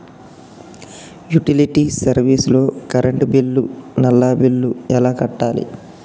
Utility service లో current bill, నల్లా bill ఎలా కట్టాలి?